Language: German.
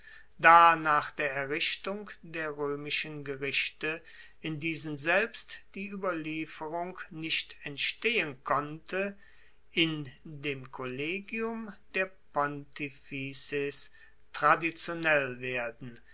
da nach der errichtung der roemischen gerichte in diesen selbst die ueberlieferung nicht entstehen konnte in dem kollegium der pontifices traditionell werden